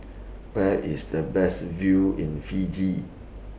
Where IS The Best View in Fiji